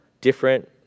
different